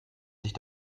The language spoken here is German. sich